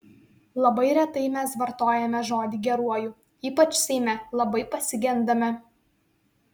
labai retai mes vartojame žodį geruoju ypač seime labai pasigendame